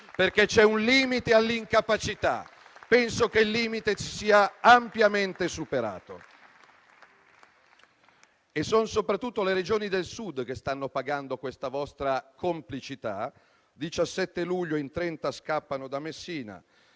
perché c'è un limite all'incapacità e penso che tale limite sia ampiamente superato. Sono soprattutto le Regioni del Sud che stanno pagando questa vostra complicità: il 17 luglio in 30 scappano da Messina,